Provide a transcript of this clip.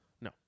No